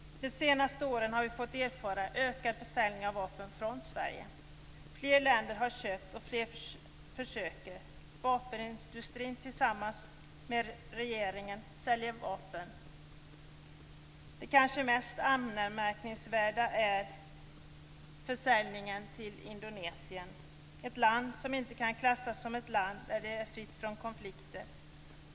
De senaste åren har vi fått erfara en ökad försäljning av vapen fån Sverige. Fler länder har köpt vapen, och fler försöker. Vapenindustrin säljer vapen tillsammans med regeringen. Det kanske mest anmärkningsvärda är försäljningen till Indonesien - ett land som inte kan klassas som ett land fritt från konflikter.